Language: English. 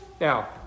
Now